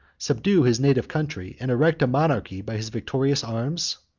subdue his native country, and erect a monarchy by his victorious arms?